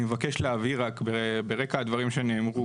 אני מבקש להבהיר רק ברקע הדברים שנאמרו